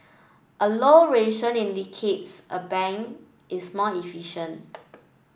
a low ratio indicates a bank is more efficient